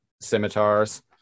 scimitars